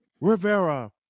Rivera